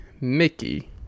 Mickey